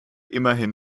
immerhin